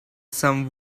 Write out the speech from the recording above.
some